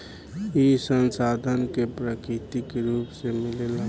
ई संसाधन के प्राकृतिक रुप से मिलेला